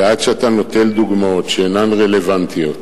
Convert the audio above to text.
ועד שאתה נוטל דוגמאות שאינן רלוונטיות,